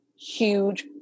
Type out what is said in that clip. huge